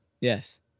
Yes